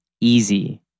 Easy